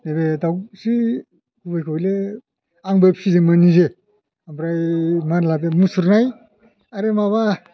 नैबे दाउस्रि एसे गुबैखौ हयले आंबो फिदोंमोन निजे ओमफ्राय मात लादों मुसुरनाय आरो माबा